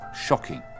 shocking